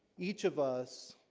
each of us